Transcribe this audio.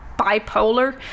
bipolar